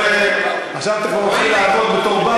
עכשיו אתה כבר מתחיל לעבוד בתור,